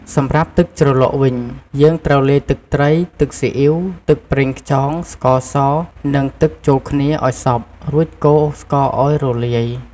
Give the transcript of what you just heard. សម្រាប់ទឹកជ្រលក់វិញ យើងត្រូវលាយទឹកត្រី ទឹកស៊ីអ៉ីវ ទឹកប្រេងខ្យង ស្ករស និងទឹកចូលគ្នាឱ្យសព្វ រួចកូរស្ករឱ្យរលាយ។